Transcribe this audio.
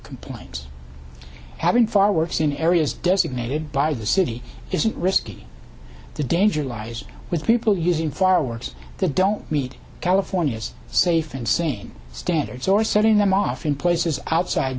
complaints have been far worse in areas designated by the city isn't risky the danger lies with people using fireworks the don't meet californias safe and sane standards or setting them off in places outside